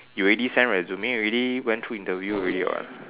you already send resume already went through interview already [what]